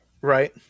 right